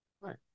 right